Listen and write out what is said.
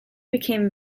became